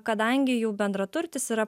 kadangi jau bendraturtis yra